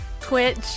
Twitch